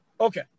Okay